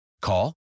Call